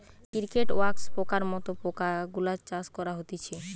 cricket, wax পোকার মত পোকা গুলার চাষ করা হতিছে